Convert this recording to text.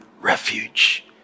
refuge